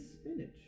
spinach